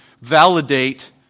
validate